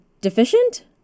deficient